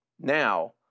now